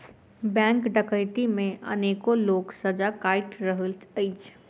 bank डकैती मे अनेको लोक सजा काटि रहल अछि